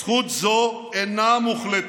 זכות זו אינה מוחלטת.